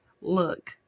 look